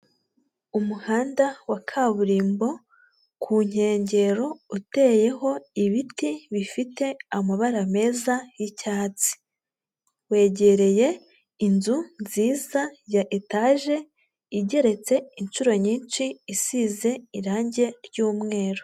Umuhanda wa kaburimbo, ku nkengero uteyeho ibiti bifite amabara meza y'icyatsi. Wegereye inzu nziza ya etaje, igeretse inshuro nyinshi isize irangi ry'umweru.